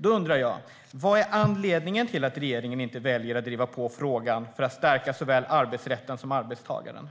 Då undrar jag: Vad är anledningen till att regeringen inte väljer att driva på i F-skattefrågan för att stärka såväl arbetsrätten som arbetstagaren?